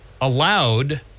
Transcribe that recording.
allowed